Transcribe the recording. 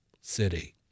city